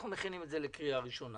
אנחנו מכינים את זה לקריאה ראשונה